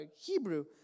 Hebrew